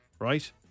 right